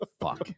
Fuck